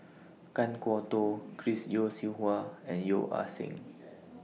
Kan Kwok Toh Chris Yeo Siew Hua and Yeo Ah Seng